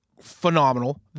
phenomenal